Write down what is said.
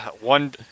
one